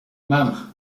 madam